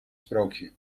sprookje